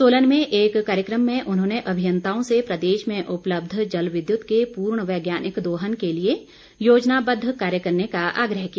सोलन में एक कार्यक्रम में उन्होंने अभियंताओं से प्रदेश में उपलब्ध जल विद्युत के पूर्ण वैज्ञानिक दोहन के लिए योजनाबद्व कार्य करने का आग्रह किया